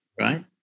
right